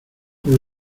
por